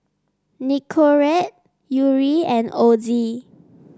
Nicorette Yuri and Ozi